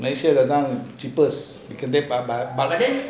malaysia that time cheapest விக்கிறதே:vikkirathey